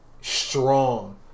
strong